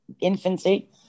infancy